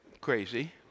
crazy